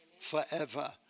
Forever